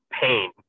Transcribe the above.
Pain